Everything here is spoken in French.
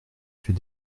fait